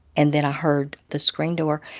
and then i heard the screen door,